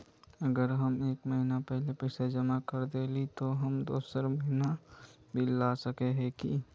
हम अगर एक महीना पहले पैसा जमा कर देलिये ते हम दोसर महीना बिल ला सके है की?